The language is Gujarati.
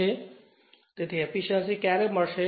તેથી એફીશ્યંસી ક્યારે મળશે